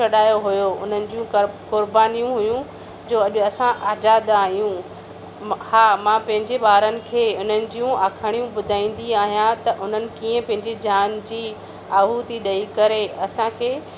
छॾायो होयो उननि जीयूं कुरबानीयूं हुयूं जो अॼु असां आज़ाद आहियूं हा मां पंहिंजे ॿारनि खे हुननि जियूं आखणियूं ॿुधाईंदी आहियां त हुननि कीअं पंहिंजी जान जी आहुती ॾेई करे असां खे